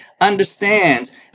understands